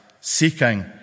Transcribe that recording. seeking